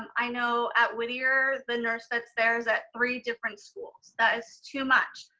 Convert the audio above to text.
um i know at whittier the nurse that's there is at three different schools. that is too much.